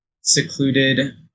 secluded